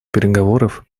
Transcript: переговоров